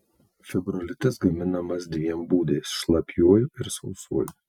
fibrolitas gaminamas dviem būdais šlapiuoju ir sausuoju